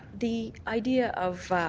the idea of